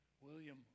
William